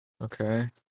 Okay